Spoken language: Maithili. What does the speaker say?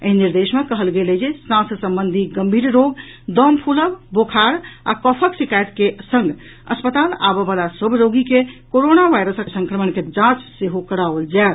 एहि निर्देश मे कहल गेल अछि जे सांस संबंधी गम्भीर रोग दम फूलब बोखार आ कफक शिकायत के संग अस्पताल आबय वला सभ रोगी के कोरोना वायरस संक्रमणक जांच सेहो कराओल जायत